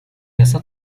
yasa